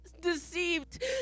deceived